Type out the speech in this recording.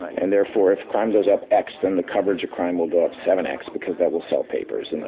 and therefore, if crime goes up x, then the coverage of crime will go up seven x, because that will sell papers. and